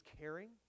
caring